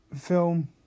film